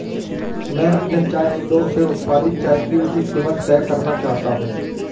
मैं अपने चाय उद्योग से उत्पादित चाय की उचित कीमत तय करना चाहता हूं